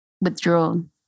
withdrawn